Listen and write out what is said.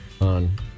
on